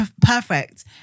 perfect